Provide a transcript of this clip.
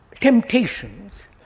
temptations